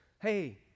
hey